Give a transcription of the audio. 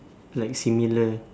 like similar